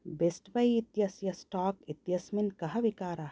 Best Buy इत्यस्य stock इत्यस्मिन् कः विकारः